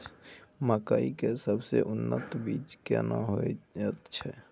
मकई के सबसे उन्नत बीज केना होयत छै?